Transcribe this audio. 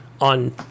on